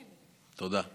תודה.